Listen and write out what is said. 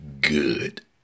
good